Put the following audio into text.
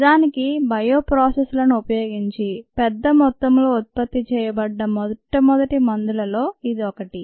నిజానికి bioprocess లను ఉపయోగించి పెద్ద మొత్తంలో ఉత్పత్తి చేయబడ్డ మొట్టమొదటి మందులలో ఇది ఒకటి